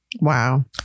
Wow